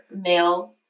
male